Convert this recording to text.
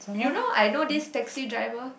you know I know this taxi driver